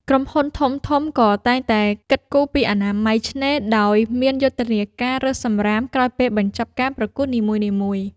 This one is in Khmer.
ក្រុមហ៊ុនធំៗក៏តែងតែគិតគូរពីអនាម័យឆ្នេរ ដោយមានយុទ្ធនាការរើសសម្រាមក្រោយពេលបញ្ចប់ការប្រកួតនីមួយៗ។